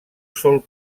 sol